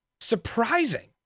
surprising